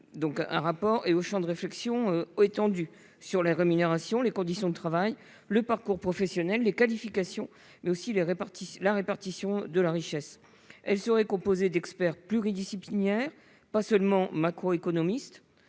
un rapport au champ de réflexion étendu sur les rémunérations, les conditions de travail, le parcours professionnel, les qualifications, mais aussi la répartition de la richesse. Elle serait composée non pas seulement de macroéconomistes,